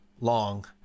long